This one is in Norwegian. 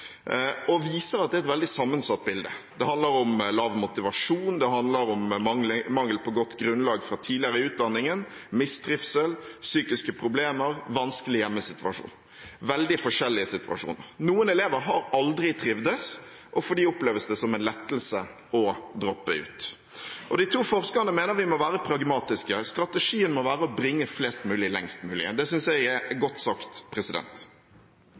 er et veldig sammensatt bilde. Det handler om lav motivasjon, det handler om mangel på godt grunnlag fra tidligere i utdanningen, mistrivsel, psykiske problemer, vanskelig hjemmesituasjon – veldig forskjellige situasjoner. Noen elever har aldri trivdes, og for dem oppleves det som en lettelse å droppe ut. De to forskerne mener vi må være pragmatiske. Strategien må være å bringe flest mulig lengst mulig. Det synes jeg er godt sagt.